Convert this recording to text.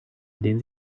den